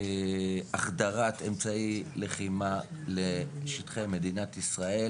החדרת אמצעי לחימה לשטחי מדינת ישראל,